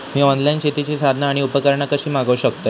मी online शेतीची साधना आणि उपकरणा कशी मागव शकतय?